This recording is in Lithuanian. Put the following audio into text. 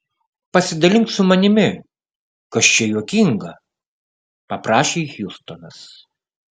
pasidalink su manimi kas čia juokinga paprašė hjustonas